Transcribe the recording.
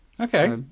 Okay